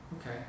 Okay